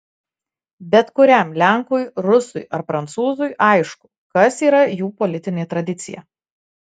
bet kuriam lenkui rusui ar prancūzui aišku kas yra jų politinė tradicija